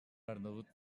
arnavut